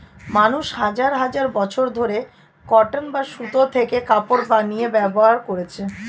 মানুষ হাজার হাজার বছর ধরে কটন বা সুতো থেকে কাপড় বানিয়ে ব্যবহার করছে